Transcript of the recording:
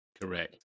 correct